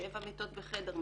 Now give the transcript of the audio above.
שבע מיטות בחדר,